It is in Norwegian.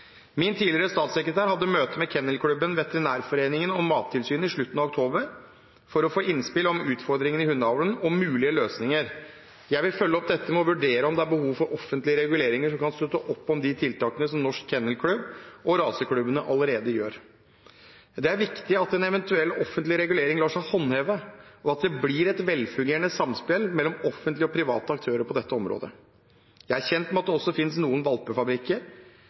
Min tidligere statssekretær hadde møte med Kennelklubben, Veterinærforeningen og Mattilsynet i slutten av oktober for å få innspill om utfordringene i hundeavlen og mulige løsninger. Jeg vil følge opp dette ved å vurdere om det er behov for offentlige reguleringer som kan støtte opp om de tiltakene som Norsk Kennel Klub og raseklubbene allerede gjør. Det er viktig at en eventuell offentlig regulering lar seg håndheve, og at det blir et velfungerende samspill mellom offentlige og private aktører på dette området. Jeg er kjent med at det også finnes noen